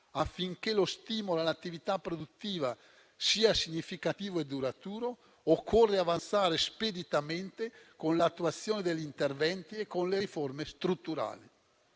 affinché lo stimolo all'attività produttiva sia significativo e duraturo, occorre avanzare speditamente con l'attuazione degli interventi e con le riforme strutturali».